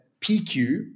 PQ